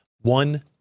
one